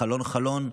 חלון-חלון,